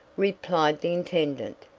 replied the intendant.